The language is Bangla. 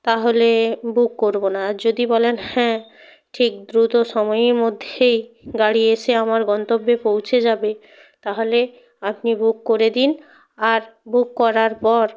তাহলে বুক করব না আর যদি বলেন হ্যাঁ ঠিক দ্রুত সময়ের মধ্যেই গাড়ি এসে আমার গন্তব্যে পৌঁছে যাবে তাহলে আপনি বুক করে দিন আর বুক করার পর